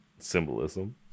symbolism